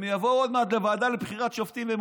הם יבואו עוד מעט לוועדה לבחירת שופטים והם